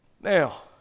Now